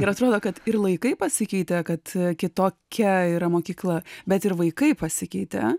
ir atrodo kad ir laikai pasikeitė kad kitokia yra mokykla bet ir vaikai pasikeitė